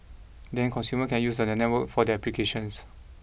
then consumers can use the network for their applications